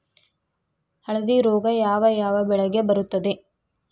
ಹಳದಿ ರೋಗ ಯಾವ ಯಾವ ಬೆಳೆಗೆ ಬರುತ್ತದೆ?